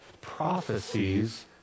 prophecies